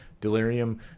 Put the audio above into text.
Delirium